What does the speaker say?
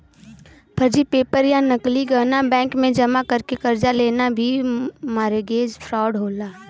फर्जी पेपर या नकली गहना बैंक में जमा करके कर्जा लेना भी मारगेज फ्राड हौ